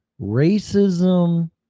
racism